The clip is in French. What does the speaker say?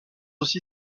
aussi